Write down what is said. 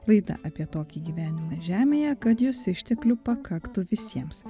laida apie tokį gyvenimą žemėje kad jos išteklių pakaktų visiems